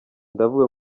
ndavuga